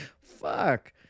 Fuck